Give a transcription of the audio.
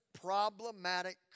problematic